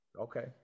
okay